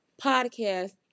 podcast